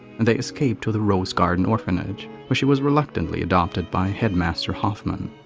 a nd they escaped to the rose garden orphanage, where she was reluctantly adopted by headmaster hoffman.